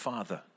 Father